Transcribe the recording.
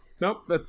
Nope